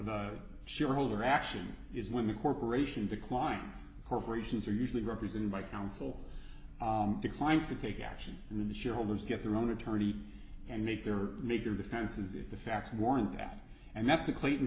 the shareholder action is when the corporation declines corporations are usually represented by counsel declines to take action and then the shareholders get their own attorney and make their major differences if the facts warrant that and that's the clayton